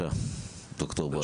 בבקשה, ד"ר בעז לב.